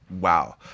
wow